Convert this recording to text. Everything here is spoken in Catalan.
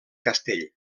castell